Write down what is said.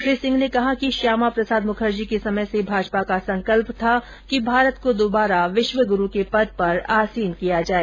श्री सिंह ने कहा कि श्यामा प्रसाद मुखर्जी के समय से भाजपा का संकल्प था कि भारत को दुबारा विश्व गुरू के पद पर आसीन किया जाए